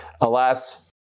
Alas